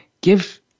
give